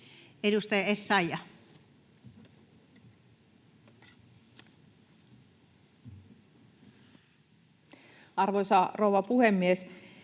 Edustaja Kopra. Arvoisa rouva puhemies!